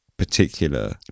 particular